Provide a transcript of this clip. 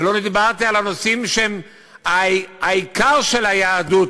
ולא דיברתי על הנושאים שהם העיקר של היהדות,